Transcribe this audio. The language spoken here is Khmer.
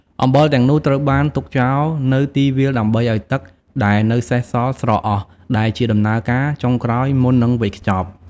អំបិលទាំងនោះត្រូវបានទុកចោលនៅទីវាលដើម្បីឲ្យទឹកដែលនៅសេសសល់ស្រក់អស់ ដែលជាដំណើរការចុងក្រោយមុននឹងវេចខ្ចប់។